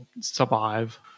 survive